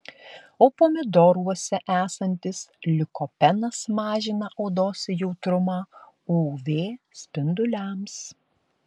o pomidoruose esantis likopenas mažina odos jautrumą uv spinduliams